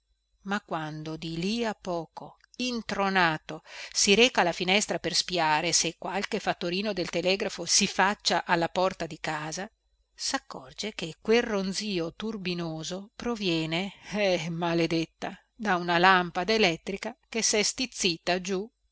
ma quando di lì a poco intronato si reca alla finestra per spiare se qualche fattorino del telegrafo si faccia alla porta di casa saccorge che quel ronzìo turbinoso proviene eh maledetta da una lampada elettrica che sè stizzita giù